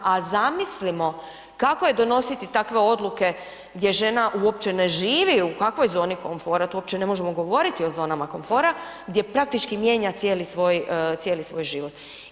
A zamislimo kako je donositi takve odluke gdje žena uopće ne živi u kakvoj zoni komfora, tu uopće ne možemo govoriti o zonama konfora gdje praktički mijenja cijeli svoj život.